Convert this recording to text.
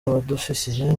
abofisiye